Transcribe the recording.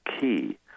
key